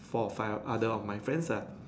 four or five other of my friends lah